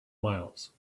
miles